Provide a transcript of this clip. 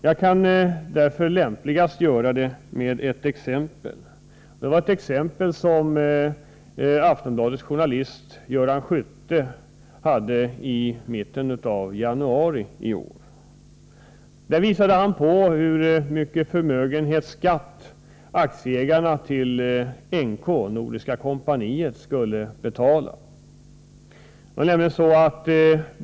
Jag kan därför lämpligast beskriva dem med ett exempel. Aftonbladets journalist Göran Skytte tog upp följande exempel i mitten av januari iår. Han visade på hur mycket förmögenhetsskatt aktieägarna i NK Nordiska Kompaniet — betalar.